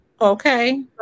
Okay